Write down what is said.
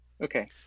Okay